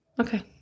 Okay